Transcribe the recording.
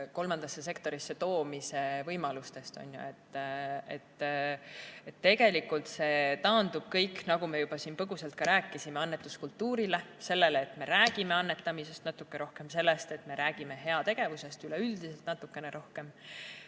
kolmandasse sektorisse toomise võimalustest. Tegelikult see taandub kõik, nagu me juba siin põgusalt rääkisime, annetuskultuurile – sellele, et me räägime annetamisest natuke rohkem, ja sellele, et me räägime heategevusest üleüldiselt natukene rohkem.